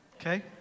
okay